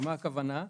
ומה הכוונה?